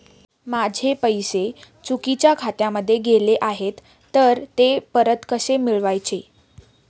माझे पैसे चुकीच्या खात्यामध्ये गेले आहेत तर ते परत कसे मिळवायचे?